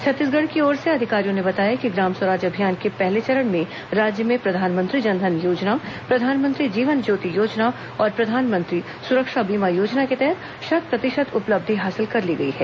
छत्तीसगढ़ की ओर से अधिकारियों ने बताया कि ग्राम स्वराज अभियान के पहले चरण में राज्य में प्रधानमंत्री जन धन योजना प्रधानमंत्री जीवन ज्योति योजना और प्रधानमंत्री सुरक्षा बीमा योजना के तहत शत प्रतिशत उपलब्धि हासिल कर ली गई है